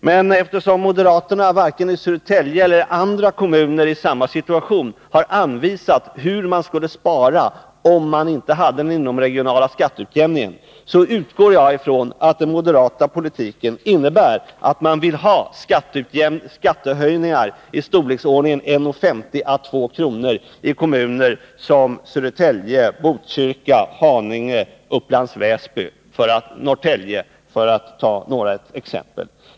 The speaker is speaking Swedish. Men eftersom moderaterna varken i Södertälje eller i andra kommuner i Skatteutjämning samma situation har anvisat hur man skulle spara om man inte hade den i Stockholms läns inomregionala skatteutjämningen, så utgår jag ifrån att den moderata landsting politiken innebär att man vill ha skattehöjningar i storleksordningen 1:50 å 2 kr. i kommuner som Södertälje, Botkyrka, Haninge, Upplands Väsby och Norrtälje, för att ta några exempel.